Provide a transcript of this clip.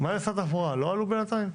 נציגי משרד התחבורה, הם לא עלו בזום בינתיים?